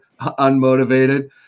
unmotivated